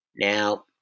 Now